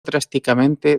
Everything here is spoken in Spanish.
drásticamente